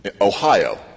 Ohio